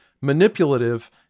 manipulative